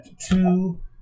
two